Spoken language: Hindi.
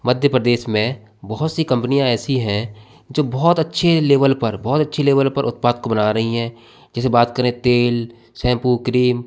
मध्य प्रदेश में बहुत सी कंपनियां ऐसी हैं जो बहुत अच्छे लेवल पर बहुत अच्छी लेवल पर उत्पाद को बना रही हैं जैसे बात करें तेल शैंपू क्रीम